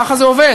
ככה זה עובד.